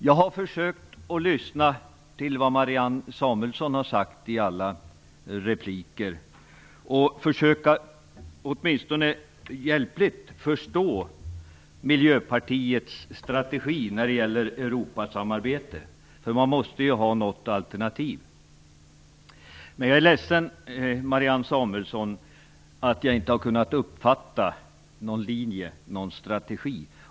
Jag har försökt att lyssna till det som Marianne Samuelsson har sagt i alla repliker för att åtminstone hjälpligt kunna förstå Miljöpartiets strategi för Europasamarbete. Man måste ju ha något alternativ. Men jag är ledsen, Marianne Samuelsson - jag har inte kunnat uppfatta någon linje eller strategi.